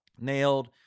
nailed